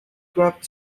grabbed